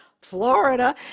Florida